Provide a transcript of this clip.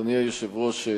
אדוני היושב-ראש,